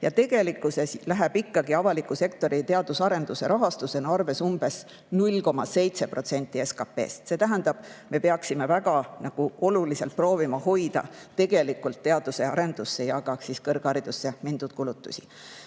Tegelikkuses läheb ikkagi avaliku sektori teaduse ja arenduse rahastusena arvesse umbes 0,7% SKP‑st. See tähendab, me peaksime väga oluliselt proovima hoida tegelikult teadusesse ja arendusse ja ka kõrgharidusse minevaid kulutusi.